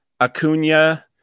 Acuna